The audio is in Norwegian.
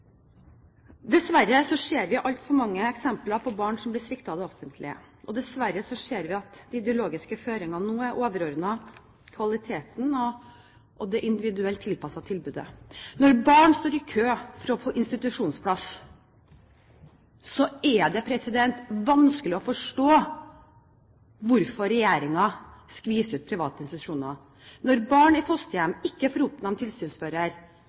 Dessverre ser vi altfor mange eksempler på barn som blir sviktet av det offentlige. Dessverre ser vi at ideologiske føringer er overordnet kvaliteten og det individuelt tilpassede tilbudet. Når barn står i kø for å få institusjonsplass, er det vanskelig å forstå hvorfor regjeringen skviser ut private institusjoner. Når barn i fosterhjem ikke får oppnevnt tilsynsfører, er det vanskelig å forstå hvorfor ikke regjeringen iverksetter tiltak. Når fosterhjemsfamiliene melder fra om